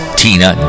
tina